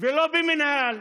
ולא של המינהל,